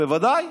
בוודאי.